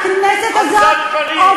עזת פנים.